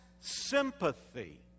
sympathy